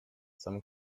some